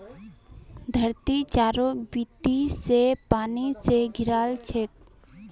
धरती चारों बीती स पानी स घेराल छेक